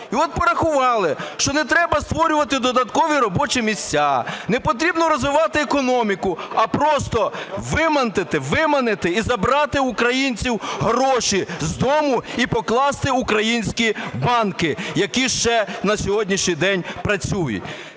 І от порахували, що не треба створювати додаткові робочі місяця, не потрібно розвивати економіку, а просто виманити і забрати в українців гроші з дому і покласти в українські банки, які ще на сьогоднішній день працюють.